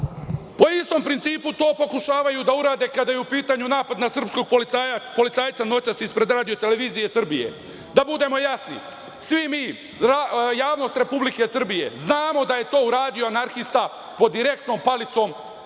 Po istom principu to pokušavaju da urade kada je u pitanju napad na srpskog policajca noćas ispred RTS.Da budemo jasni, svi mi, javnost Republike Srbije, znamo da je to uradio anarhista pod direktnom palicom nekog